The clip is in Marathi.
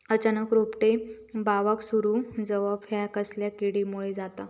अचानक रोपटे बावाक सुरू जवाप हया कसल्या किडीमुळे जाता?